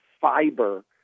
fiber